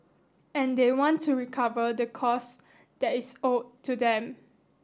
and they want to recover the costs that is owed to them